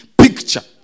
picture